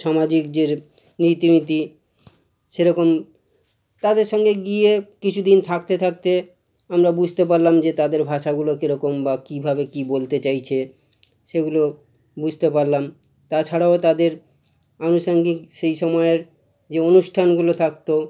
সামাজিক যে রীতি নীতি সেরকম তাদের সঙ্গে গিয়ে কিছুদিন থাকতে থাকতে আমরা বুঝতে পারলাম যে তাদের ভাষাগুলো কীরকম বা কীভাবে কী বলতে চাইছে সেগুলো বুঝতে পারলাম তা ছাড়াও তাদের আনুষঙ্গিক সেই সময়ের যে অনুষ্ঠানগুলো থাকতো